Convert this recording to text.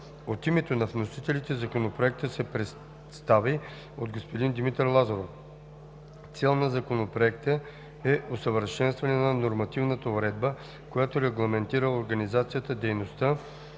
От името на вносителите Законопроектът се представи от господин Димитър Лазаров. Цел на Законопроекта е усъвършенстване на нормативната уредба, която регламентира организацията, дейността,